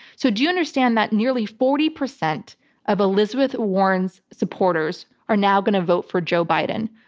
so do you understand that nearly forty percent of elizabeth warren's supporters are now going to vote for joe biden?